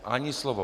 Ani slovo.